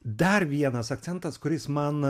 dar vienas akcentas kuris man